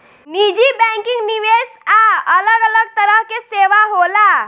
निजी बैंकिंग, निवेश आ अलग अलग तरह के सेवा होला